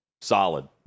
Solid